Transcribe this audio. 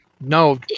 No